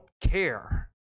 care